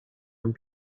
and